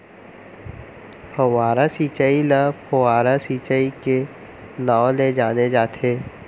फव्हारा सिंचई ल फोहारा सिंचई के नाँव ले जाने जाथे